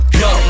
go